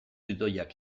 idoiak